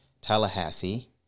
Tallahassee